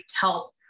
help